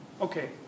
okay